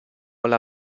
alla